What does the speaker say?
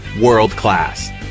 world-class